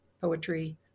poetry